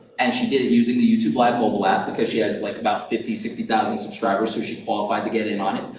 and she did it using the youtube live mobile app because she has like about fifty, sixty thousand subscribers so she qualified to get in on it,